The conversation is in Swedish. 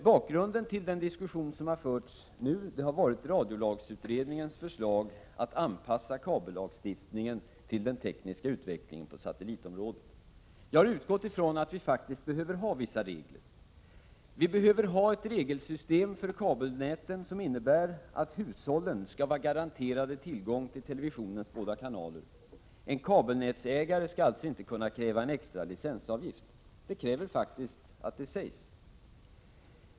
Bakgrunden till den diskussion som har förts nu har varit radiolagsutredningens förslag att anpassa kabellagstiftningen till den tekniska utvecklingen på satellitområdet. Jag har utgått ifrån att vi faktiskt behöver ha vissa regler. Vi behöver ha ett regelsystem för kabelnäten som innebär att hushållen skall vara garanterade tillgång till televisionens båda kanaler. En kabelnätsägare skall alltså inte kunna kräva en extra licensavgift — det krävs faktiskt att detta sägs.